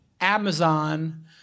Amazon